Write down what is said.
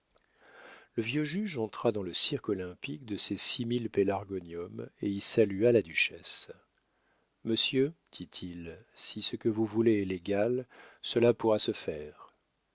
le vieux juge entra dans le cirque olympique de ses six mille pélargonium et y salua la duchesse monsieur dit-il si ce que vous voulez est légal cela pourra se faire